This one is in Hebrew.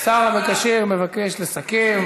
השר המקשר מבקש לסכם.